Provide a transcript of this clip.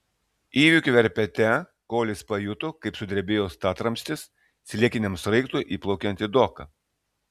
įvykių verpete kolis pajuto kaip sudrebėjo statramstis sliekiniam sraigtui įplaukiant į doką